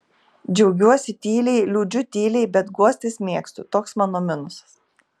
džiaugiuosi tyliai liūdžiu tyliai bet guostis mėgstu toks mano minusas